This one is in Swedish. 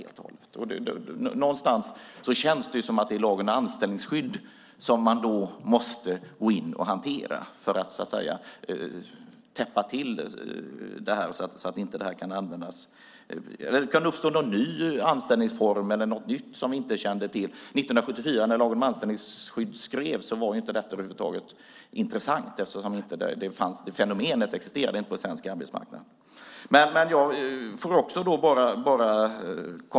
Det känns som om det är lagen om anställningsskydd som man måste gå in och hantera för att täppa till detta så att det inte kan uppstå en ny anställningsform eller något annat som vi inte känner till. År 1974 när lagen om anställningsskydd skrevs var detta inte intressant över huvud taget eftersom detta fenomen inte existerade på svensk arbetsmarknad.